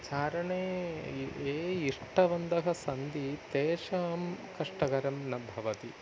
चारणे ये इष्टवन्तः सन्ति तेषां कष्टकरं न भवति